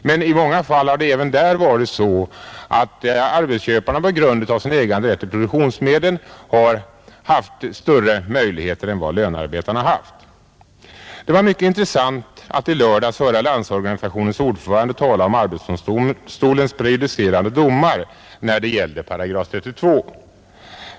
Men ofta har det även då varit så att arbetsköparna på grund av sin äganderätt till produktionsmedlen har haft större möjligheter än lönarbetarna. Det var mycket intressant att i fredags höra Landsorganisationens ordförande tala om arbetsdomstolens prejudicerande domar när det gäller § 32.